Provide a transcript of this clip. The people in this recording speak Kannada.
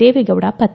ದೇವೇಗೌಡ ಪತ್ರ